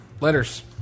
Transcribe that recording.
Letters